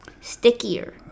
stickier